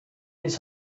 his